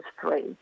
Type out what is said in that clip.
three